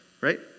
right